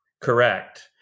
Correct